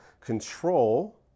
control